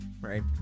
right